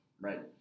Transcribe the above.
Right